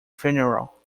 funeral